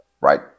right